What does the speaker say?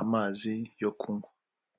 amazi yo kunywa.